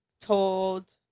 told